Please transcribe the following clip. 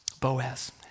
Boaz